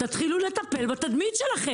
תתחילו לטפל בתדמית שלכם.